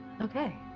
Okay